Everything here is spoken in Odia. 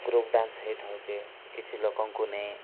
ଗ୍ରୁପ୍ ଡ଼୍ୟାନ୍ସ ହେଇଥାଉଛେ କିଛି ଲୋକଙ୍କୁ ନେଇ